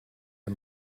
est